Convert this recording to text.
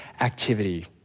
activity